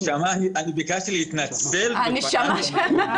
נשמה, ביקשתי להתנצל שאני לא מגיע.